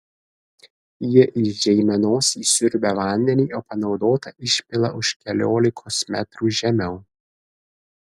ji iš žeimenos įsiurbia vandenį o panaudotą išpila už keliolikos metrų žemiau